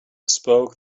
spoke